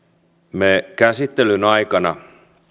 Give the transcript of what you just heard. me käsittelyn aikana